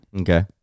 okay